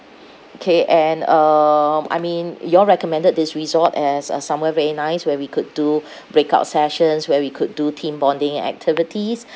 K and um I mean you all recommended this resort as uh somewhere very nice where we could do breakout sessions where we could do team bonding activities